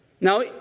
Now